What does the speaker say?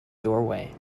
doorway